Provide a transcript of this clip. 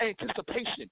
anticipation